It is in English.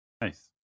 Nice